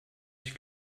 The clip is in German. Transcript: ich